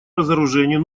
разоружению